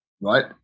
right